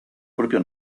propio